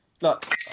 look